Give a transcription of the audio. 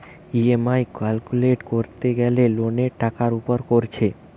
EMI calculate কোরতে গ্যালে লোনের টাকার উপর কোরছে